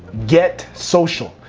get social,